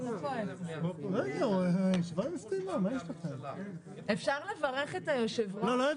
ראשונה גם מכיוון שחשוב לי מאוד לברך את היושב-ראש וגם כי